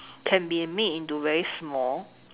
can be made into very small